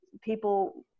people